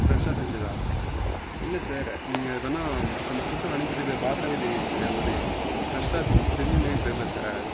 ஃப்ரெஷ்ஷாக செஞ்சதா இல்லை சார் நீங்கள் இது பேரென்னா அந்த ஃபுட்டை அனுப்பிருக்கறதை பார்த்தாலே தெரியுது சார் ஒரு ஃப்ரெஷ்ஷாக தெரிஞ்ச மாரி தெரியல சார்